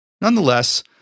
Nonetheless